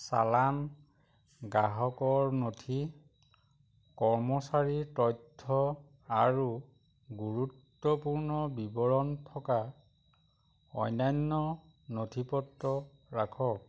চালান গ্ৰাহকৰ নথি কৰ্মচাৰীৰ তথ্য আৰু গুৰুত্বপূৰ্ণ বিৱৰণ থকা অন্যান্য নথিপত্ৰ ৰাখক